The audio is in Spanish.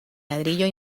ladrillo